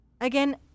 Again